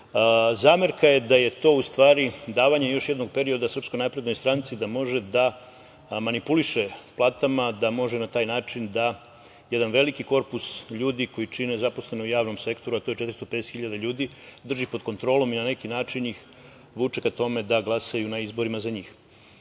Zamerka je da je to u stvari davanje još jednog perioda SNS da može da manipuliše platama, da može na taj način da jedan veliki korpus ljudi koji čine zaposleni u javnom sektoru, a to je 450 hiljada ljudi, drži pod kontrolom i na neki način ih vuče ka tome da glasaju na izborima za